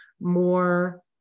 more